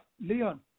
Leon